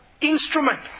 instrument